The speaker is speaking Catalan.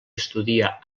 estudia